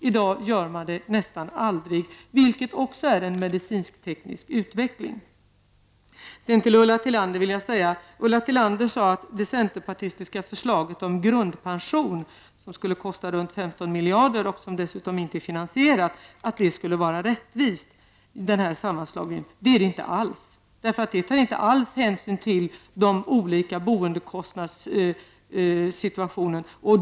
I dag gör man det nästan aldrig, vilket också är prov på medicinsk-teknisk utveckling. Ulla Tillander sade att det centerpartistiska förslaget om grundpension, som skulle kosta ungefär 15 miljoner och som dessutom inte är finansierat, skulle vara rättvist. Det är inte alls så. Där har man inte alls tagit hänsyn till de olika boendekostnadssituationerna.